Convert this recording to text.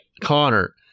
Connor